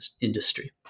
industry